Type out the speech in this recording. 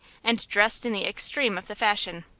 and dressed in the extreme of the fashion.